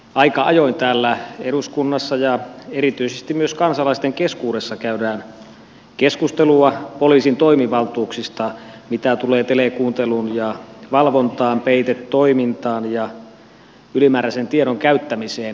aika ajoin täällä eduskunnassa ja erityisesti myös kansalaisten keskuudessa käydään keskustelua poliisin toimivaltuuksista mitä tulee telekuunteluun ja valvontaan peitetoimintaan ja ylimääräisen tiedon käyttämiseen